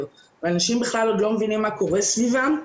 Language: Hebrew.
ואנשים בכלל עוד לא מבינים מה קורה סביבם,